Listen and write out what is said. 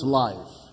life